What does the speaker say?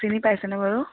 চিনি পাইছেনে বাৰু